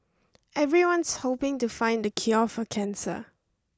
everyone's hoping to find the cure for cancer